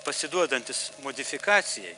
pasiduodantis modifikacijai